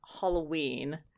Halloween